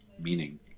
meaning